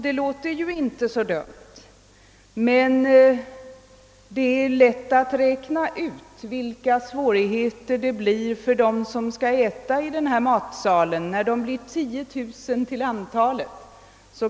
Det låter inte så dumt, men det är lätt att räkna ut vilka svårigheter som uppstår för dem som skall äta i denna matsal, när de blir 10 000 till antalet.